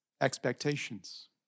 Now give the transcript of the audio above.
expectations